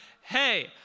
hey